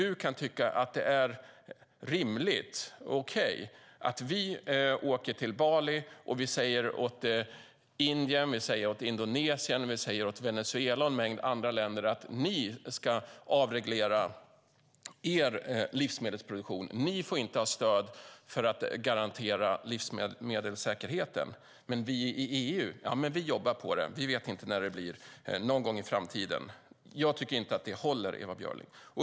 Hur kan du tycka att det är rimligt och okej att vi åker till Bali och säger åt Indien, Indonesien, Venezuela och en mängd andra länder att de ska avreglera sin livsmedelsproduktion och att de inte får ha stöd för att garantera livsmedelssäkerheten? Sedan säger vi: Men vi i EU jobbar på det. Vi vet inte när det blir, men det blir någon gång i framtiden. Tycker du att det är rimligt? Jag tycker inte att det håller, Ewa Björling.